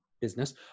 business